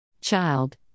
Child